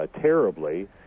terribly